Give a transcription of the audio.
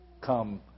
come